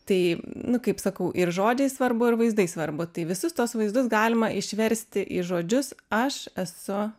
tai nu kaip sakau ir žodžiai svarbu ir vaizdai svarbu tai visus tuos vaizdus galima išversti į žodžius aš esu